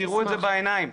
תראו את זה בעיניים.